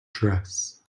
dress